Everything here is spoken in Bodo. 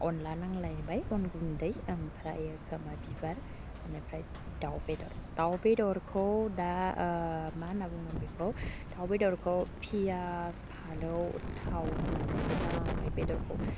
अनला नांलायबाय अन गुन्दै आमफ्राय खोमा बिबार बेनिफ्राय दाउ बेदर दाउ बेदरखौ दा मा होन्ना बुंगोन बेखौ दाउ बेदरखौ पियास फालौ थाव होनानै मोजांहै बेदरखौ